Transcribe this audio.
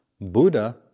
Buddha